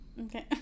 Okay